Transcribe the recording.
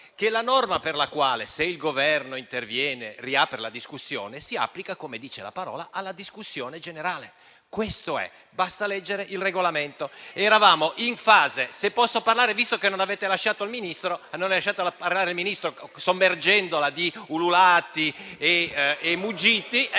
che la norma per la quale se il Governo interviene riapre la discussione si applica, come dice la parola, alla discussione generale. Questo è, basta leggere il Regolamento. *(Commenti).* Lasciatemi parlare, visto che non avete lasciato parlare il Ministro, sommergendola di ululati e di muggiti.